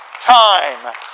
time